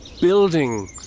building